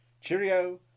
Cheerio